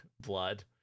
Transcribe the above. blood